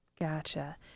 Gotcha